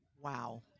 Wow